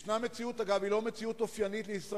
יש מציאות, אגב, היא לא אופיינית לישראל,